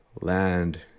land